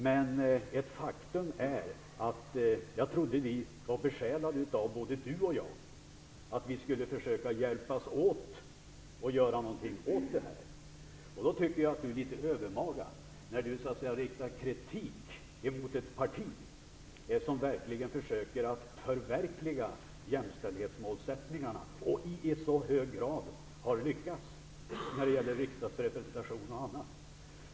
Men jag trodde att både Inger René och jag var besjälade av att vi skulle försöka hjälpas åt för att göra någonting åt det här. Då tycker jag att det är litet övermaga när Inger René riktar kritik mot ett parti som verkligen försöker att förverkliga jämställdhetsmålen och i så hög grad har lyckats när det gäller riksdagsrepresentation och annat.